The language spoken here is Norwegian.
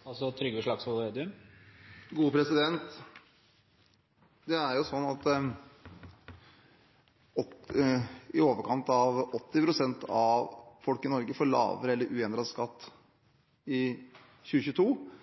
Det er sånn at i overkant av 80 pst. av folk i Norge får lavere eller uendret skatt i 2022